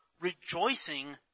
rejoicing